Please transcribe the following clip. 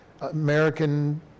American